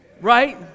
right